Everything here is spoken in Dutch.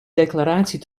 declaratie